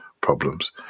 problems